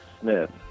Smith